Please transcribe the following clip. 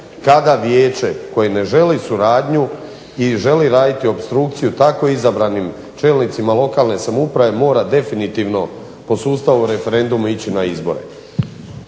kada vijeće koje ne želi suradnju i želi raditi opstrukciju tako izabranim čelnicima lokalne samouprave mora definitivno po sustavu referenduma ići na izbore.